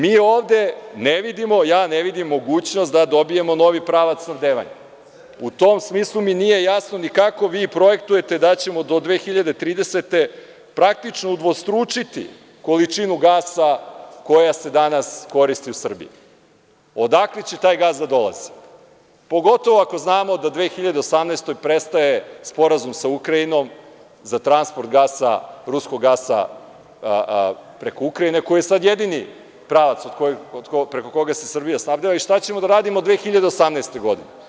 Mi ovde, ja ne vidim mogućnost da dobijemo novi pravac snabdevanja i u tom smislu mi nije jasno ni kako vi projektujete da ćemo do 2030. godine praktično udvostručiti količinu gasa koja se danas koristi u Srbiji i odakle će taj gas da dolazi, pogotovo ako znamo da 2018. godine prestaje Sporazum sa Ukrajinom za transport gasa, Ruskog gasa preko Ukrajine koji je sada jedini pravac preko koga se Srbija snabdeva i šta ćemo da radimo 2018. godine.